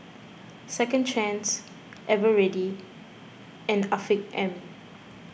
Second Chance Eveready and Afiq M